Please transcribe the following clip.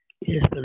Yes